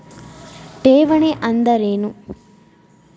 ಠೇವಣಿ ಅಂದ್ರೇನು?